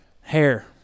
Hair